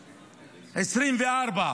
2024,